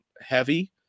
heavy